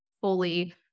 fully